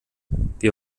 wir